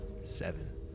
Seven